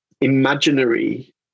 imaginary